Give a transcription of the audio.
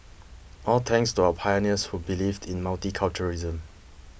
all thanks to our pioneers who believed in multiculturalism